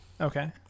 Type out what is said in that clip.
Okay